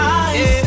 eyes